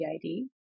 ID